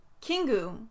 Kingu